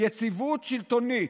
יציבות שלטונית.